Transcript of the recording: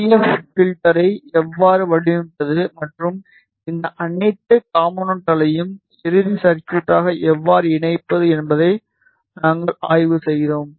ஐ F பில்டரை எவ்வாறு வடிவமைப்பது மற்றும் இந்த அனைத்து காம்போனென்ட்களையும் இறுதி சர்குய்ட்க்கு எவ்வாறு இணைப்பது என்பதை நாங்கள் ஆய்வு செய்தோம்